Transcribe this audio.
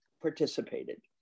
participated